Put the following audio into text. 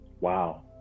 Wow